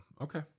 okay